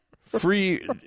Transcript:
Free